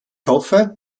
hoffe